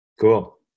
Cool